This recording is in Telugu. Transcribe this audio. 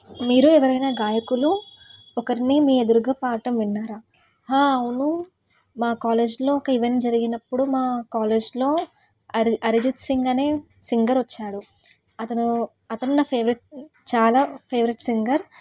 మీరు ఎవరైనా గాయకులు ఒకరిని మీ ఎదురుగా పాడటం విన్నారా అవును మా కాలేజ్లో ఒక ఈవెంట్ జరిగినప్పుడు మా కాలేజ్లో అరి అరిజిత్ సింగ్ అనే సింగర్ వచ్చాడు అతను అతను నా ఫెవరెట్ చాలా ఫేవరెట్ సింగర్